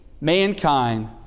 mankind